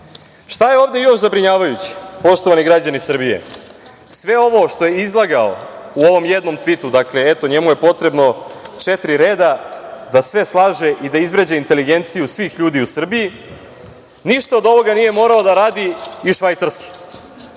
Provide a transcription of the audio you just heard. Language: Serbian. je ovde još zabrinjavajuće, poštovani građani Srbije? Sve ovo što je izlagao u ovom jednom tvitu, eto, njemu je potrebno četiri reda da sve slaže, izvređa inteligenciju svih ljudi u Srbiji… Ništa od ovoga nije morao da radi iz Švajcarske,